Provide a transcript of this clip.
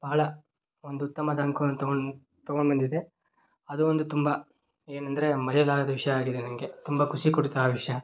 ಭಾಳ ಒಂದು ಉತ್ತಮವಾದ ಅಂಕವನ್ನು ತಗೊಂಡು ತಗೊಂಡು ಬಂದಿದ್ದೆ ಅದೊಂದು ತುಂಬ ಏನೆಂದ್ರೆ ಮರೆಯಲಾಗದ ವಿಷಯ ಆಗಿದೆ ನನಗೆ ತುಂಬ ಖುಷಿ ಕೊಡ್ತು ಆ ವಿಷಯ